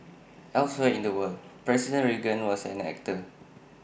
elsewhere in the world president Reagan was an actor